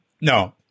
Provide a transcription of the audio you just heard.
No